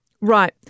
Right